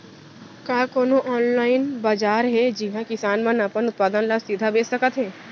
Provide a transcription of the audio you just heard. का कोनो अनलाइन बाजार हे जिहा किसान मन अपन उत्पाद ला सीधा बेच सकत हे?